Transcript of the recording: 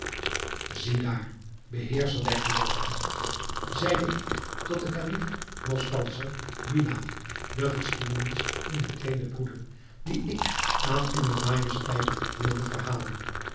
ziedaar beheerscher der geloovigen zeide ik tot den kalif mostanser billah de geschiedenis van mijn tweeden broeder die ik aan uwe majesteit wilde verhalen